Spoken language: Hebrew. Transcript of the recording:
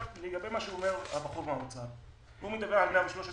לגבי מה שאומר הבחור מהאוצר: הוא מדבר על 113